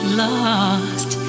lost